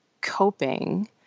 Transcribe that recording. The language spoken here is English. coping